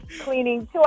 Cleaning